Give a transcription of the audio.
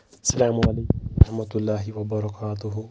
السلام علیکم ورحمۃ اللہ وبرکاتہٗ